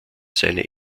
seine